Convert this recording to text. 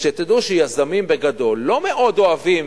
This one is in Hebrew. שתדעו שיזמים בגדול לא מאוד אוהבים